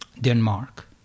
Denmark